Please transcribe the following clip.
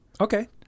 Okay